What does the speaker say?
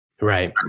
Right